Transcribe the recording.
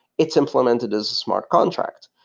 it's implemented as smart contracts.